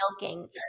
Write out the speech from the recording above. milking